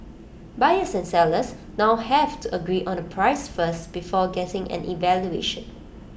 buyers and sellers now have to agree on A price first before getting an evaluation